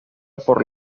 por